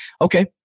Okay